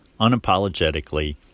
unapologetically